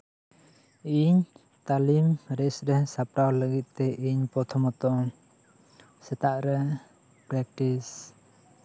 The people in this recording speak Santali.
ᱤᱧ ᱛᱟᱹᱞᱤᱢ ᱨᱮᱥ ᱨᱮ ᱥᱟᱯᱲᱟᱣ ᱞᱟᱹᱜᱤᱫ ᱛᱮ ᱤᱧ ᱯᱨᱚᱛᱷᱚᱢᱚᱛᱚ ᱥᱮᱛᱟᱜ ᱨᱮ ᱯᱨᱮᱠᱴᱤᱥ